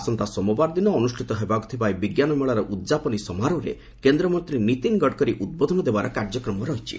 ଆସନ୍ତା ସୋମବାର ଦିନ ଅନୁଷ୍ଠିତ ହେବାକୁ ଥିବା ଏହି ବିଜ୍ଞାନ ମେଳାର ଉଦ୍ଯାପନୀ ସମାରୋହରେ କେନ୍ଦ୍ରମନ୍ତ୍ରୀ ନୀତିନ ଗଡ଼କରୀ ଉଦ୍ବୋଧନ ଦେବାର କାର୍ଯ୍ୟକ୍ରମ ରହିଛି